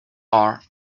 are